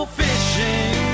fishing